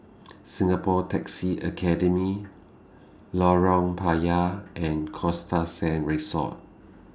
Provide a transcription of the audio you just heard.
Singapore Taxi Academy Lorong Payah and Costa Sands Resort